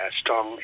strong